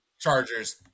Chargers